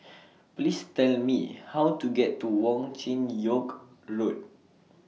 Please Tell Me How to get to Wong Chin Yoke Road